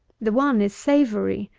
the one is savoury,